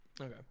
okay